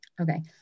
Okay